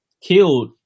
killed